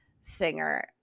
singer